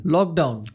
Lockdown